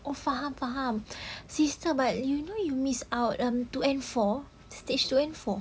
or faham faham sister but you know you miss out um two and four stage two and four